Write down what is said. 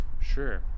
sure